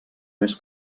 més